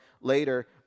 later